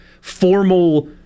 formal